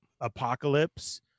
apocalypse